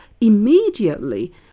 immediately